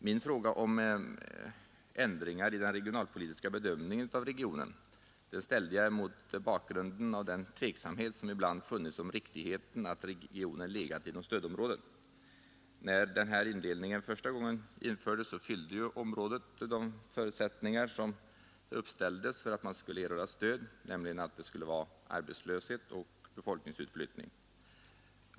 Min fråga om ändringar i den regionalpolitiska bedömningen av regionen ställdes mot bakgrunden av den tveksamhet som ibland har funnits om riktigheten att regionen legat inom stödområdet. När denna indelning första gången gjordes fyllde området förutsättningarna för att erhålla stöd, nämligen att man hade arbetslöshet och befolkningsutflyttning.